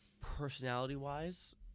Personality-wise